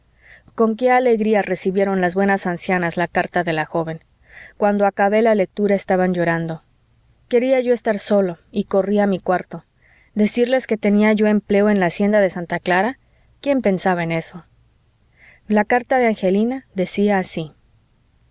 con qué alegría recibieron las buenas ancianas la carta de la joven cuando acabé la lectura estaban llorando quería yo estar solo y corrí a mi cuarto decirles que tenía yo empleo en la hacienda de santa clara quién pensaba en eso la carta de angelina decía así